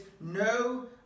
no